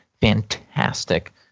fantastic